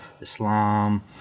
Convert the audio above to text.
Islam